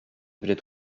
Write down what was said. objets